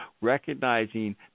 recognizing